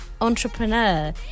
entrepreneur